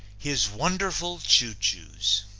his wonderful choo-choos